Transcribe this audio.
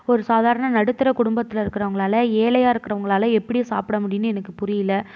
ஒரு சாதாரண நடுத்தர குடும்பத்தில் இருக்குறவங்களால ஏழையாக இருக்குறவங்களால எப்படி சாப்பிட முடியும்னு எனக்கு புரியிலை